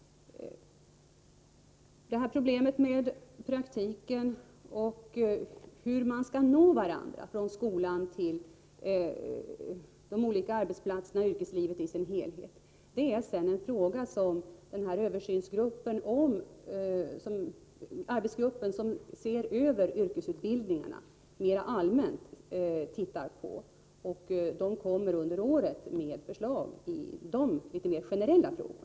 Problemet med praktiken och hur man skall nå varandra när det gäller skolan och de olika arbetsplatserna, och yrkeslivet i dess helhet, är något som arbetsgruppen som ser över yrkesutbildningarna mera allmänt kommer att studera. Under året kommer arbetsgruppen att lägga fram förslag i de mer generella frågorna.